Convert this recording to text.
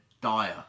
dire